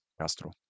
Castro